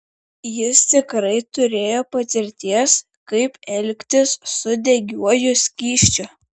jis tikrai turėjo patirties kaip elgtis su degiuoju skysčiu